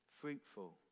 fruitful